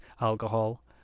alcohol